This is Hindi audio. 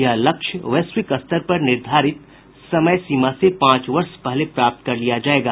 यह लक्ष्य वैश्विक स्तर पर निर्धारित समयसीमा से पांच वर्ष पहले प्राप्त कर लिया जाएगा